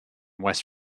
west